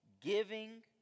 giving